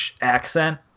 accent